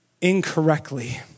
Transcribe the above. incorrectly